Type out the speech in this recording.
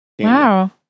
Wow